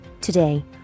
Today